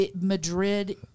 Madrid